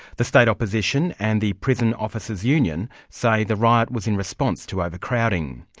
the state opposition and the prison officers union say the riot was in response to overcrowding.